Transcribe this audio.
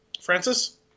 Francis